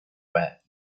wet